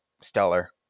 stellar